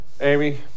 amy